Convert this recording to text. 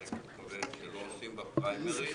אני מתכוון שלא עושים בה פריימריז.